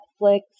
Netflix